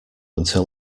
until